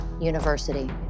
University